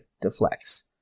deflects